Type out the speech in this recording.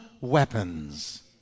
weapons